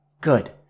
Good